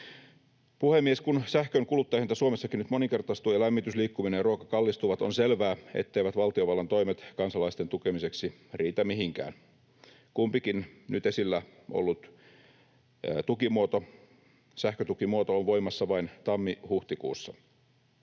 Puhemies! Kun sähkön kuluttajahinta Suomessakin nyt moninkertaistuu ja lämmitys, liikkuminen ja ruoka kallistuvat, on selvää, etteivät valtiovallan toimet kansalaisten tukemiseksi riitä mihinkään. Kumpikin nyt esillä ollut sähkötukimuoto on voimassa vain tammi—huhtikuussa.